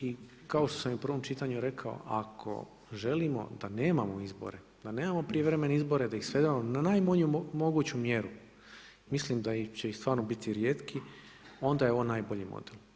I kao što sam i u prvom čitanju rekao ako želimo da nemamo izbore, da nemamo privremene izbore, da ih svedemo na najbolju moguću mjeru mislim da će i stvarno biti rijetki onda je ovo najbolji model.